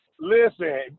Listen